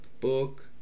book